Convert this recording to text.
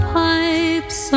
pipes